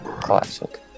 classic